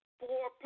four